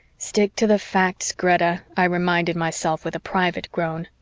stick to the facts, greta, i reminded myself with a private groan.